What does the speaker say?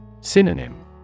Synonym